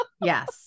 Yes